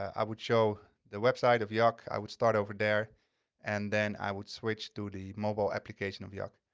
i would show the website of yac. i would start over there and then i would switch to the mobile application of yac.